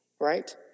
right